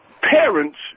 parents